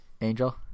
Angel